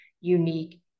unique